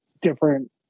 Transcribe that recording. different